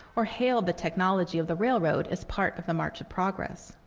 or hailed the technology of the railroad as part of the march of progress.